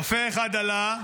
רופא אחד עלה,